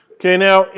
okay. now,